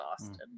Austin